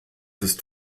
ist